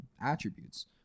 attributes